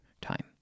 time